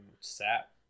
sap